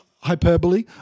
hyperbole